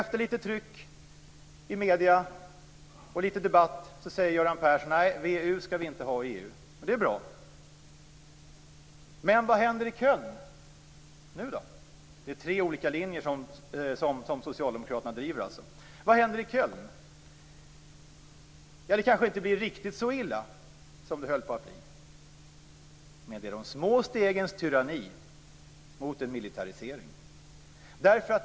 Efter lite tryck och debatt i medierna säger Göran Persson att man inte skall ha VEU i EU, och det är ju bra. Men vad händer i Köln? Det är tre olika linjer som socialdemokraterna driver. Vad händer i Köln? Det blir kanske inte riktigt så illa som det höll på att bli. Men det är de små stegens tyranni mot en militarisering.